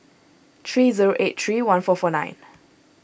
three zero eight three one four four nine